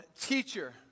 teacher